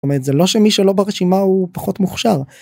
זאת אומרת, זה לא שמי שלא ברשימה הוא פחות מוכשר.